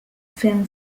film